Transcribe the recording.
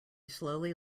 slowly